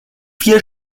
vier